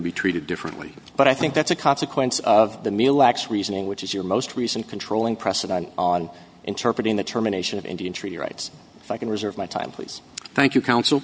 to be treated differently but i think that's a consequence of the mill lax reasoning which is your most recent controlling precedent on interpret in the terminations of indian treaty rights if i can reserve my time please thank you counsel